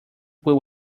will